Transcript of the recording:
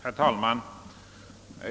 Herr talman!